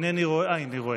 תודה רבה, אדוני היושב-ראש.